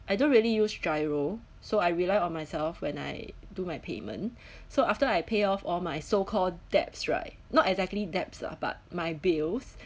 I don't really use giro so I rely on myself when I do my payment so after I pay off all my so called debts right not exactly debts lah but my bills